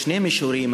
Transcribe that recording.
ששני המישורים,